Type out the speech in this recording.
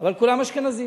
אבל כולם אשכנזים.